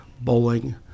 bowling